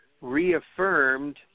reaffirmed